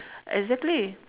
exactly